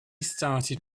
started